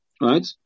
Right